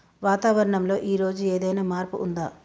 వాతావరణం లో ఈ రోజు ఏదైనా మార్పు ఉందా?